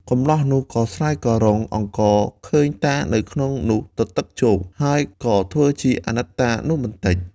កម្លោះនោះក៏ស្រាយការុងអង្គរឃើញតានៅក្នុងនោះទទឹកជោក ហើយក៏ធ្វើជាអាណិតតានោះបន្តិច។